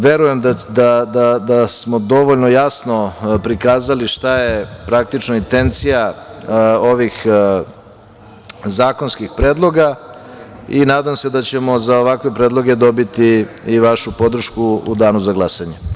Verujem da smo dovoljno jasno prikazali šta je praktično intencija ovih zakonskih predloga i nadam se da ćemo za ovakve predloge dobiti i vašu podršku u danu za glasanje.